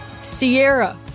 Sierra